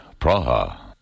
Praha